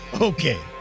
Okay